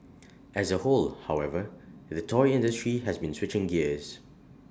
as A whole however the toy industry has been switching gears